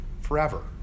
forever